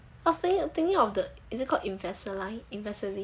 I was thinking thinking of that is it called impersonally in vaseline